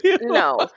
No